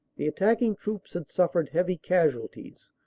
the attacking troops had suf fered heavy casualties,